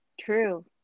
True